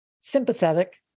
sympathetic